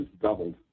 doubled